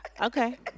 Okay